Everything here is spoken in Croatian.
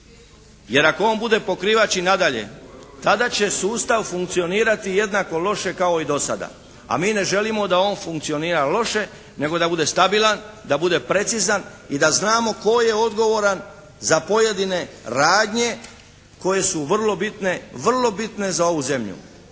Jer ako on bude pokrivač i nadalje tada će sustav funkcionirati jednako loše kao i do sada. A mi ne želimo da on funkcionira loše nego da bude stabilan, da bude precizan i da znamo tko je odgovoran za pojedine radnje koje su vrlo bitne, vrlo